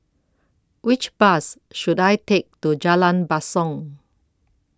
Which Bus should I Take to Jalan Basong